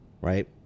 right